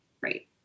Right